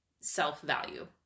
self-value